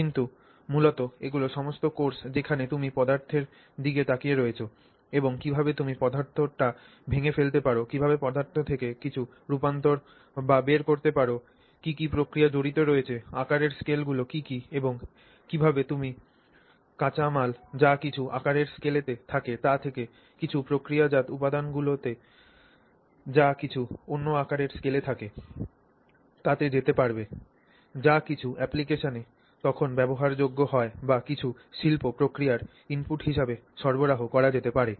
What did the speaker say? কিন্তু মূলত এগুলি সমস্ত কোর্স যেখানে তুমি পদার্থের দিকে তাকিয়ে রয়েছ এবং কীভাবে তুমি পদাথটি ভেঙে ফেলতে পার কীভাবে পদার্থ থেকে কিছু রূপান্তর বা বের convert extract করতে পার কী কী প্রক্রিয়া জড়িত রয়েছে আকারের স্কেলগুলি কী কী এবং কীভাবে তুমি কাঁচামাল যা কিছু আকারের স্কেলেতে থাকে তা থেকে কিছু প্রক্রিয়াজাত উপাদানগুলিতে যা কিছু অন্য আকারের স্কেলে থাকে তাতে যেতে পারবে যা কিছু অ্যাপ্লিকেশনে তখন ব্যবহারযোগ্য হয় বা কিছু শিল্প প্রক্রিয়ার ইনপুট হিসাবে সরবরাহ করা যেতে পারে